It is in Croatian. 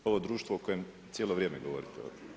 Ovo društvo o kojem cijelo vrijeme govorimo.